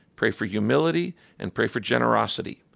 pray for humility and pray for generosity,